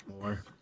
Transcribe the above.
more